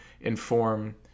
inform